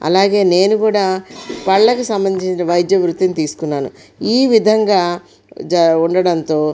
అలాగే నేను కూడా పళ్ళకు సంబంధించిన వైద్య వృద్దిని తీసుకున్నాను ఈ విధంగా జ ఉండటంతో